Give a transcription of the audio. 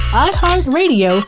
iHeartRadio